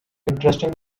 interesting